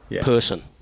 person